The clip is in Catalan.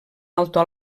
alto